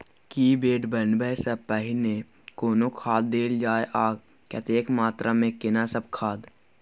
की bed बनबै सॅ पहिने कोनो खाद देल जाय आ कतेक मात्रा मे केना सब खाद?